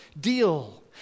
deal